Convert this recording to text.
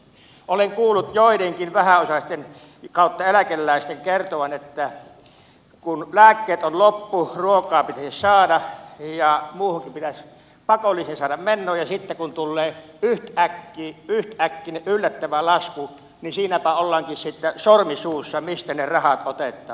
olen kuullut joidenkin vähäosaisten tai eläkeläisten kertovan että kun lääkkeet ovat loppu ruokaa pitäisi saada ja muuhunkin pakolliseen menoon pitäisi saada ja sitten kun tulee yhtäkkiä yllättävä lasku niin siinäpä ollaankin sitten sormi suussa mistä ne rahat otetaan